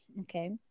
okay